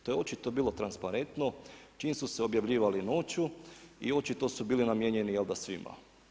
To je očito bilo transparentno čim su se objavljivali noću i očito su bili namijenjeni jel'da svima?